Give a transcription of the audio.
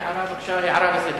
הערה בבקשה, הערה לסדר